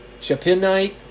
Chapinite